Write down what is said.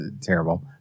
terrible